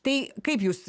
tai kaip jūs